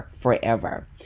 forever